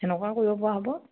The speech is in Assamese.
তেনেকুৱা কৰিব পৰা হ'ব